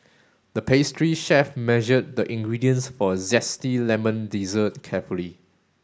the pastry chef measured the ingredients for a zesty lemon dessert carefully